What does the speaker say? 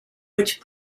which